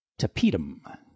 Tapetum